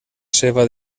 seva